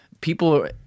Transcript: people –